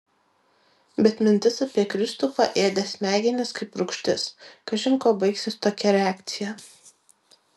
bet mintis apie kristupą ėdė smegenis kaip rūgštis kažin kuo baigsis tokia reakcija